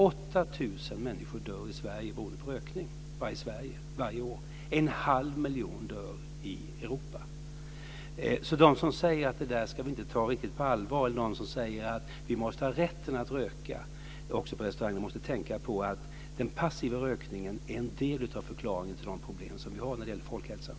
8 000 människor dör i Sverige varje år beroende på rökning. En halv miljon dör i Europa. De som säger att vi inte ska ta detta riktigt på allvar eller de som säger att man måste ha rätten att röka också på restauranger måste tänka på att den passiva rökningen är en del av förklaringen till de problem som vi har när det gäller folkhälsan.